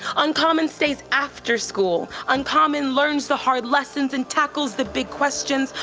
uncommon stays after school. uncommon learns the hard lessons and tackles the big questions.